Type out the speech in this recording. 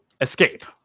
escape